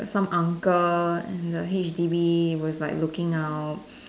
there's some uncle and the h_d_b with like looking out